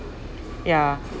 ya